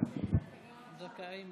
חברי הכנסת,